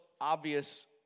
obvious